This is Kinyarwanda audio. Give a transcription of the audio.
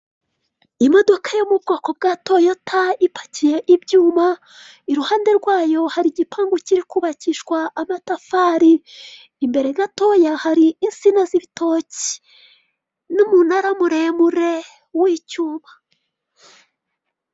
Imodoka yo mu bwoko bwa toyota ipakiye ibyuma, iruhande rwayo hari igipangu kiri kubakishwa amatafari, imbere gatoya hari insina z'ibitoki, n'umunara muremure w'icyuma.